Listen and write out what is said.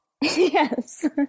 Yes